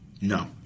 No